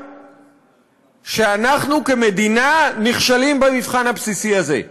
שאנחנו כמדינה נכשלים במבחן הבסיסי הזה.